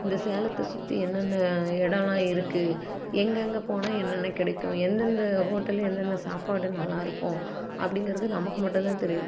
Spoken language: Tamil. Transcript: இந்த சேலத்தை சுற்றி என்னென்ன இடம்லாம் இருக்கு எங்கெங்க போனால் என்னென்ன கிடைக்கும் எந்தெந்த ஹோட்டலில் எந்தெந்த சாப்பாடு நல்லா இருக்கும் அப்படிங்கிறது நமக்கு மட்டும் தான் தெரியும்